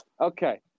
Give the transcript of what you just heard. Okay